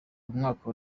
mwaka